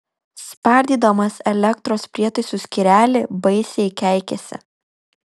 spardydamas elektros prietaisų skyrelį baisiai keikėsi